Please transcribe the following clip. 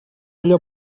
olla